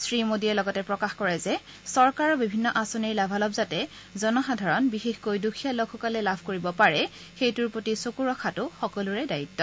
শ্ৰীমোদীয়ে লগতে প্ৰকাশ কৰে যে চৰকাৰৰ বিভিন্ন আঁচনিৰ লাভালাভ যাতে জনসাধাৰণ বিশেষকৈ দুখীয়া সকলে লাভ কৰিব পাৰে সেইটোৰ প্ৰতি চকু ৰখাটো সকলোৰে দায়িত্ব